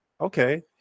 okay